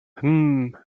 hmm